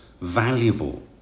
valuable